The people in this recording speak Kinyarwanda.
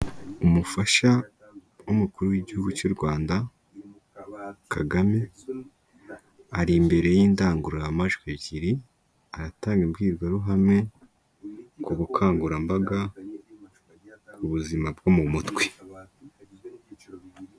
Umufasha w'Umukuru w'Igihugu cy'u Rwanda Kagame ari imbere y'indangururamajwi ebyiri, aratanga imbwirwaruhame ku bukangurambaga ku buzima bwo mu mutwe.